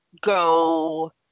go